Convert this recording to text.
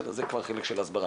זה כבר חלק של הסברה.